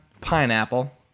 pineapple